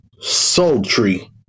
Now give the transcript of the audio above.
Sultry